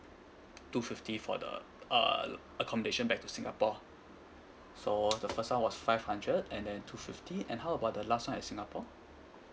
two fifty for the uh accommodation back to singapore so the first one was five hundred and then two fifty and how about the last one at singapore